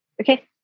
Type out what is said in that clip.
Okay